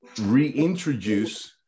reintroduce